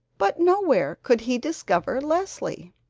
but nowhere could he discover leslie.